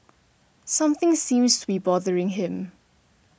something seems to be bothering him